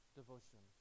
devotion